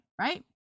right